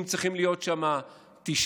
אם צריכים להיות שם תשעה,